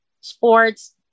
sports